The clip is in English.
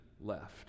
left